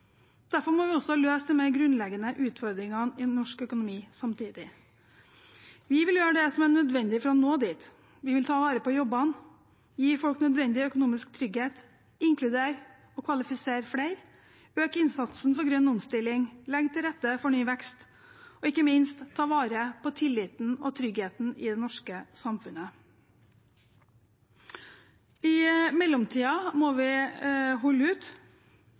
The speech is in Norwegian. Derfor må vi også løse de mer grunnleggende utfordringene i norsk økonomi samtidig. Vi vil gjøre det som er nødvendig for å nå dit. Vi vil ta vare på jobbene, gi folk nødvendig økonomisk trygghet, inkludere og kvalifisere flere, øke innsatsen for grønn omstilling, legge til rette for ny vekst og ikke minst ta vare på tilliten og tryggheten i det norske samfunnet. I mellomtiden må vi holde ut.